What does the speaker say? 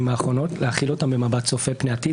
האחרונות להחיל אותם במבט צופה פני עתיד.